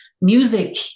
music